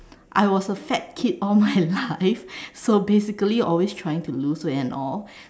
I was a fat kid all my life so basically always trying to lose weight and all